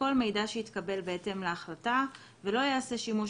כל מידע שהתקבל בהתאם להחלטה ולא יעשה שימוש